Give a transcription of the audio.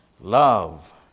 Love